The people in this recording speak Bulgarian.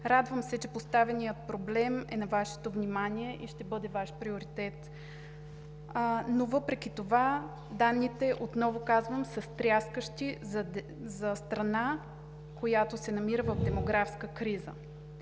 Радвам се, че поставеният проблем е на Вашето внимание и ще бъде Ваш приоритет, но въпреки това данните, отново казвам, са стряскащи за страна, която се намира в демографска криза.